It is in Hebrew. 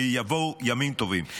ויבואו ימים טובים,